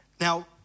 Now